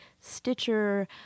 Stitcher